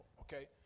okay